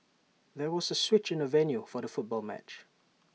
there was A switch in the venue for the football match